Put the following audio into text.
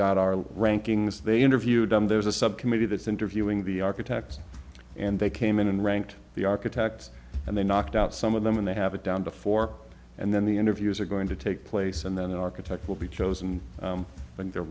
got our rankings they interviewed there's a subcommittee that's interviewing the architects and they came in and ranked the architects and they knocked out some of them and they have it down to four and then the interviews are going to take place and then architects will be chosen